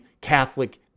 Catholic